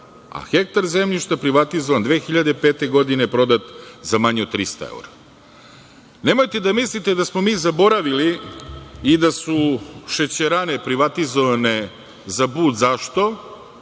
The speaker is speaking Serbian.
a hektar zemljišta privatizovan 2005. godine je prodat za manje od 300 evra. Nemojte da mislite da smo mi zaboravili i da su šećerane privatizovane za budzašto,